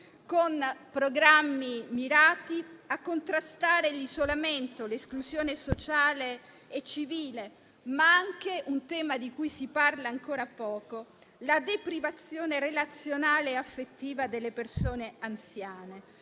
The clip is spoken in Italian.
con programmi mirati a contrastare l'isolamento, l'esclusione sociale e civile. Ma c'è anche un tema di cui si parla ancora poco, ossia la deprivazione relazionale e affettiva delle persone anziane.